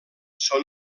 són